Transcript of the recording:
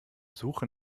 suche